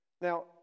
now